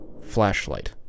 flashlight